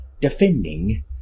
defending